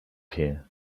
here